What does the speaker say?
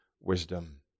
wisdom